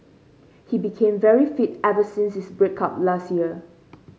he became very fit ever since his break up last year